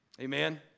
Amen